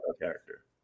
character